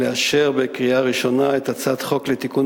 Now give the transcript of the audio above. בקריאה ראשונה את הצעת חוק לתיקון